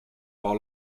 par